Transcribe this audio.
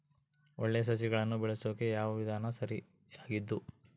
ಒಳ್ಳೆ ಸಸಿಗಳನ್ನು ಬೆಳೆಸೊಕೆ ಯಾವ ವಿಧಾನ ಸರಿಯಾಗಿದ್ದು?